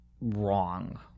wrong